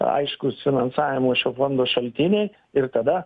aiškūs finansavimo šio fondo šaltiniai ir tada